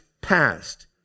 passed